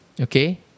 okay